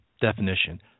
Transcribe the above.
definition